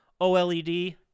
OLED